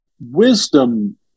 Wisdom